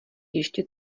ještě